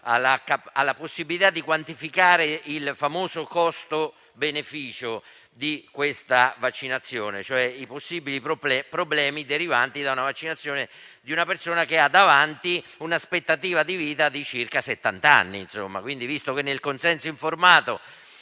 alla possibilità di quantificare il famoso costo beneficio di questa vaccinazione, cioè i possibili problemi derivanti da una vaccinazione di una persona che ha davanti un'aspettativa di vita di circa settant'anni.